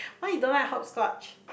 why you don't like hopscotch